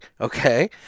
Okay